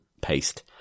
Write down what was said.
paste